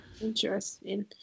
Interesting